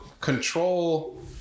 control